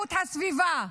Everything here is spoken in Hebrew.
לאיכות הסביבה?